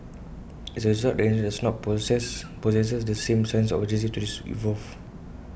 as A result the industry does not possess possess the same sense of urgency to this evolve